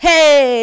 Hey